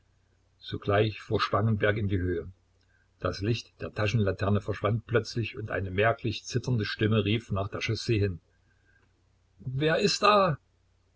sogleich fuhr spangenberg in die höhe das licht der taschenlaterne verschwand plötzlich und eine merklich zitternde stimme rief nach der chaussee hin wer ist da